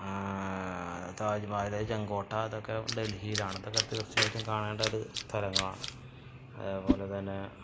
താജ്മഹൽ ചെങ്കോട്ട അതൊക്കെ ഡൽഹിയിലാണ് അതൊക്കെ തീർച്ചയായിട്ടും കാണേണ്ടൊരു സ്ഥലങ്ങളാണ് അതേപോലെത്തന്നെ